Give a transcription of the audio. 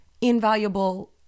invaluable